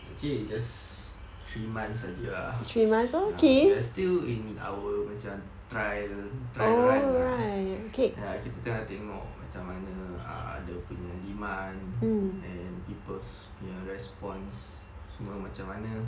actually it's just three months aje lah ya we are still in our macam trial trial run lah kita tengah tengok macam mana err dia punya demand and people's punya response semua macam mana